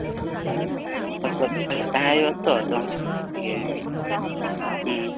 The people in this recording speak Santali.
ᱦᱚᱲ ᱥᱟᱞᱟᱜ ᱛᱟᱦᱮᱸ ᱦᱩᱭᱩᱜᱼᱟᱛᱚ ᱟᱫᱚ ᱤᱭᱟᱹᱭᱟ ᱟᱫᱚ ᱦᱩᱸ